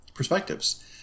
Perspectives